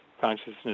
Consciousness